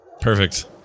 perfect